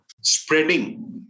spreading